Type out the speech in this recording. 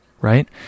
right